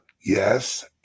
yes